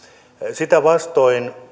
sitä vastoin